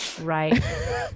Right